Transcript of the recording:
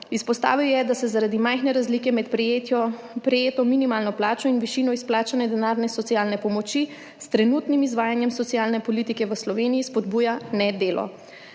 Izpostavil je, da se zaradi majhne razlike med prejeto minimalno plačo in višino izplačane denarne socialne pomoči s trenutnim izvajanjem socialne politike v Sloveniji spodbuja nedelo.